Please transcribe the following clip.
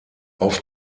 auf